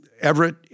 Everett